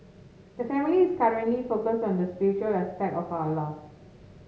the family is currently focused on the spiritual aspect of our loss